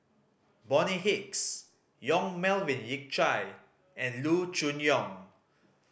Bonny Hicks Yong Melvin Yik Chye and Loo Choon Yong